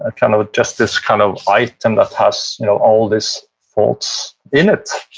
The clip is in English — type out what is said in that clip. ah kind of adjust this kind of light, and that has you know all this thoughts in it,